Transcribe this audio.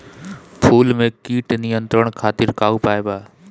फूल में कीट नियंत्रण खातिर का उपाय बा?